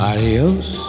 Adios